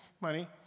money